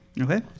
Okay